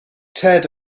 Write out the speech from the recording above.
ted